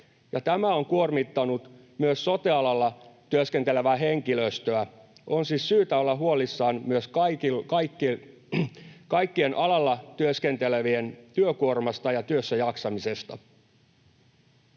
tämä on kuormittanut myös sote-alalla työskentelevää henkilöstöä. On siis syytä olla huolissaan myös kaikkien alalla työskentelevien työkuormasta ja työssäjaksamisesta.